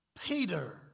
Peter